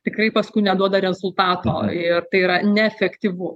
tikrai paskui neduoda rezultato ir tai yra neefektyvu